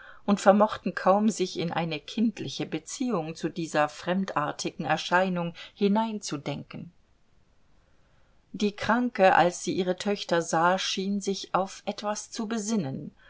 und vermochten kaum sich in eine kindliche beziehung zu dieser fremdartigen erscheinung hinein zu denken die kranke als sie ihre töchter sah schien sich auf etwas zu besinnen